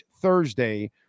Thursday